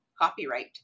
copyright